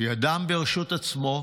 היא אדם ברשות עצמו.